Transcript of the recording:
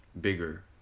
bigger